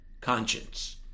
conscience